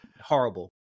horrible